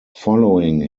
following